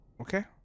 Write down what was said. Okay